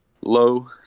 low